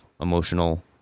emotional